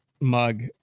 Mug